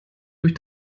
durch